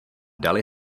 dali